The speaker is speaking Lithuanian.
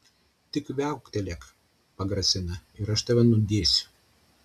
tik viauktelėk pagrasina ir aš tave nudėsiu